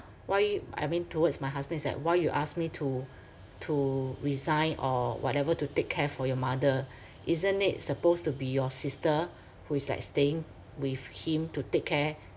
why I mean towards my husband is like why you ask me to to resign or whatever to take care for your mother isn't it supposed to be your sister who is like staying with him to take care